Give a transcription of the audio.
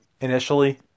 initially